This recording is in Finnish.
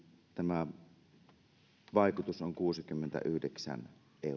tämä vaikutus on kuusikymmentäyhdeksän euroa